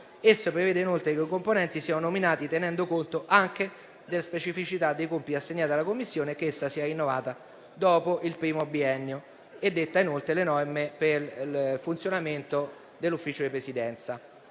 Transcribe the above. Esso prevede, inoltre, che i componenti siano nominati tenendo conto anche della specificità dei compiti assegnati alla Commissione e che essa sia rinnovata dopo il primo biennio. Detta, inoltre, le norme per il funzionamento dell'Ufficio di Presidenza.